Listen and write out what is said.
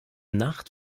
nacht